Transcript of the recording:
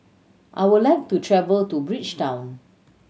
I would like to travel to Bridgetown